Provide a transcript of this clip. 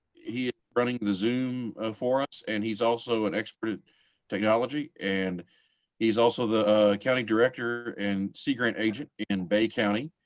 he s running the zoom for us. and he's also an expert technology and he's also the county director and sea grant agent in bay county.